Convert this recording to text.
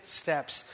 steps